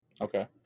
Okay